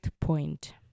point